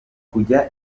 kujya